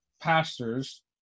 pastors